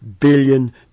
billion